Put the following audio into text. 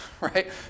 right